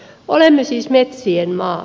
olemme siis metsien maa